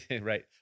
right